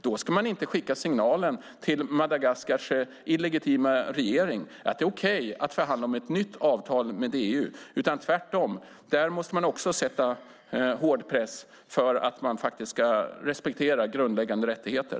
Då ska man inte skicka signalen till Madagaskars illegitima regering att det är okej att förhandla om ett nytt avtal med EU, utan tvärtom måste man sätta hård press för att de ska respektera grundläggande rättigheter.